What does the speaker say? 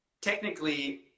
technically